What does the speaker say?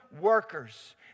workers